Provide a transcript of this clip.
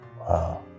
Wow